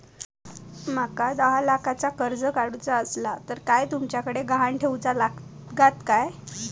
माका दहा लाखाचा कर्ज काढूचा असला तर काय तुमच्याकडे ग्हाण ठेवूचा लागात काय?